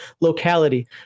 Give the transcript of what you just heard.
locality